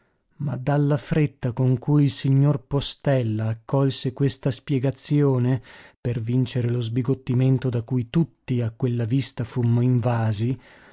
ma dalla fretta con cui il signor postella accolse questa spiegazione per vincere lo sbigottimento da cui tutti a quella vista fummo invasi